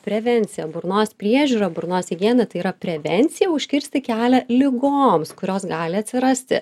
prevencija burnos priežiūra burnos į higiena tai yra prevencija užkirsti kelią ligoms kurios gali atsirasti